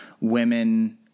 women